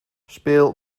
speel